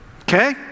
Okay